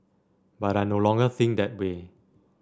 but I no longer think that way